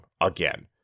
again